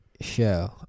show